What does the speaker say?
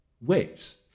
waves